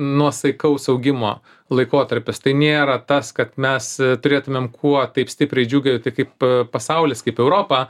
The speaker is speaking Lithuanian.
nuosaikaus augimo laikotarpis tai nėra tas kad mes turėtumėm kuo taip stipriai džiūgauti kaip pasaulis kaip europa